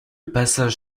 passage